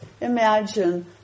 imagine